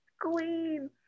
queen